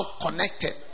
connected